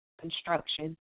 construction